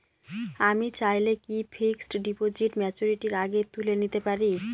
আমি চাইলে কি ফিক্সড ডিপোজিট ম্যাচুরিটির আগেই তুলে নিতে পারি?